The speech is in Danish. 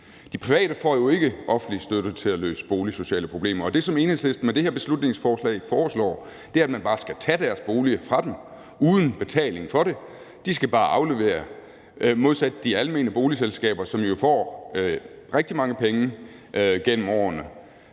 De private får jo ikke offentlig støtte til at løse boligsociale problemer, og det, som Enhedslisten med det her beslutningsforslag foreslår, er, at man bare skal tage deres bolig fra dem uden betaling for det. De skal bare aflevere, modsat de almene boligselskaber, som jo får rigtig mange penge igennem årene